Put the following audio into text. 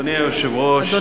אדוני היושב-ראש,